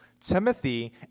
Timothy